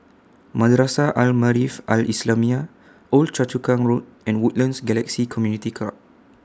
Madrasah Al Maarif Al Islamiah Old Choa Chu Kang Road and Woodlands Galaxy Community Club